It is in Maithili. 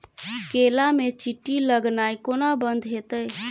केला मे चींटी लगनाइ कोना बंद हेतइ?